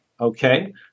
Okay